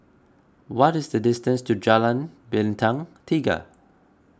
what is the distance to Jalan Bintang Tiga